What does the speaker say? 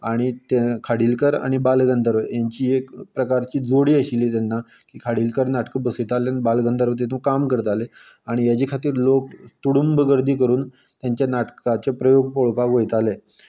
आनी तें खाडिलकर आनी बालगंधर्वाची एक प्रकारची एक जोडी आशिल्ली तेन्ना की खाडिलकर नाटकां बसयतालो तेन्ना बालगंधर्व तितून काम करताले आनी हेजे खातीर लोक तुडूंब गर्दी करून नाटकाचे प्रयोग पळोवपाक वयताले